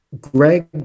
Greg